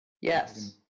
yes